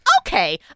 Okay